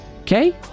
Okay